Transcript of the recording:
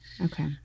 okay